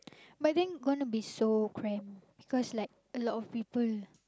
but then gonna be so cramp because like a lot of people